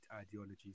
ideologies